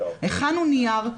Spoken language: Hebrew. הכנו נייר,